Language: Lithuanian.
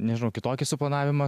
nežinau kitokį suplanavimą